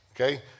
okay